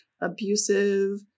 abusive